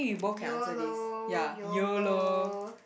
yolo yolo